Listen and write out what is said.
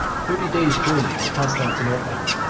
thirty days' journey from constantinople,